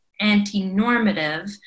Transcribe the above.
anti-normative